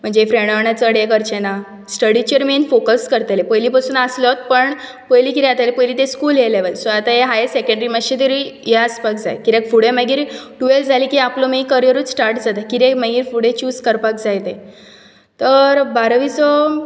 म्हणजे फ्रँडा वांगडा चड हें करचें ना स्टडीचेर मेन फोकस करतलें पयलीं पसून आसलोच पण पयलीं कितें आतालें पयलीं ते स्कूल हे लेवल सो आतां हें हाय सॅकँड्री मातशें तेरी हें आसपाक जाय कित्याक फुडें मागीर टुवॅल्त जालें की आपलो माय करयरूत स्टार्ट जाता कितें मागीर फुडें चूज करपाक जाय तें तर बारवीचो